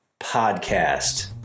Podcast